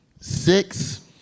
six